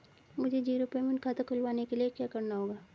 मुझे zero payment खाता खुलवाने के लिए क्या करना होगा?